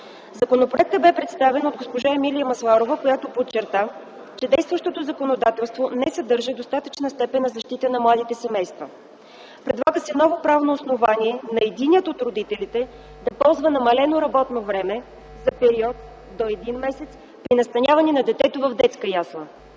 Законопроектът бе представен от госпожа Емилия Масларова, която подчерта, че действащото законодателство не съдържа достатъчна степен на защита на младите семейства. Предлага се ново правно основание на единия от родителите да ползва намалено работно време за период до един месец при настаняване на детето в детска ясла.